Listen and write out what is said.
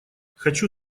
хочу